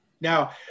now